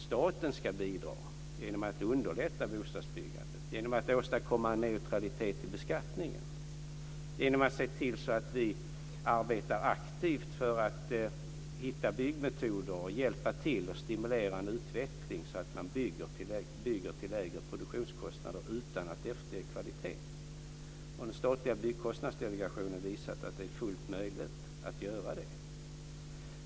Staten ska bidra genom att underlätta bostadsbyggandet, genom att åstadkomma neutralitet i beskattningen och genom att se till att vi arbetar aktivt för att hitta byggmetoder och hjälpa till att stimulera en utveckling så att man bygger till lägre produktionskostnader utan att efterge kvaliteten. Den statliga Byggkostnadsdelegationen har visat att det är fullt möjligt att göra det.